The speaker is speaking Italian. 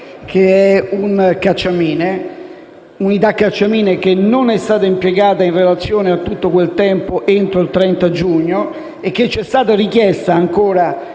un cacciamine - che non è stata impiegata in relazione a tutto quel tempo, entro il 30 giugno, e che ci è stata ancora